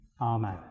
Amen